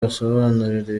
basobanurira